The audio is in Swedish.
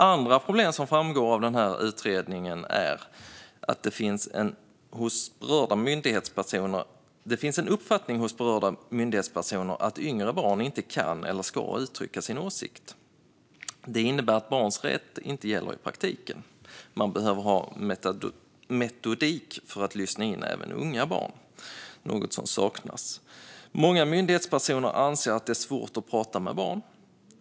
Andra problem som framgår i utredningen är att det hos berörda myndighetspersoner finns en uppfattning att yngre barn inte kan eller ska uttrycka sina åsikter. Detta innebär att barns rätt inte gäller i praktiken. Man behöver ha metodik för att lyssna in även unga barn. Många myndighetspersoner anser att det är svårt att prata med barn.